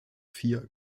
vier